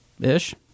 Ish